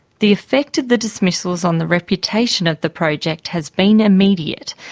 the effect of the dismissals on the reputation of the project has been immediate.